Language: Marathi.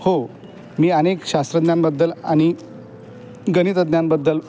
हो मी अनेक शास्त्रज्ञांबद्दल आणि गणितज्ञांबद्दल